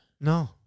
No